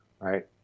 right